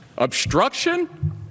obstruction